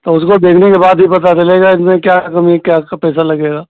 तो उसको देखने के बाद ही पता चलेगा इसमें क्या कमी है क्या पैसा इसका लगेगा